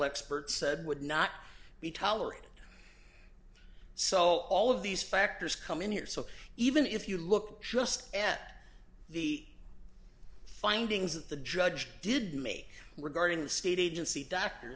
expert said would not be tolerated so all of these factors come in here so even if you look just at the findings that the judge did me regarding the state agency doctor